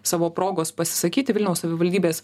savo progos pasisakyti vilniaus savivaldybės